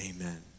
Amen